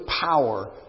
power